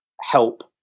help